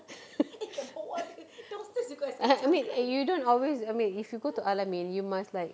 ah I mean you don't always I mean if you to al-amin you must like